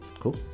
cool